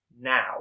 Now